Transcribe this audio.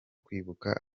kwibuka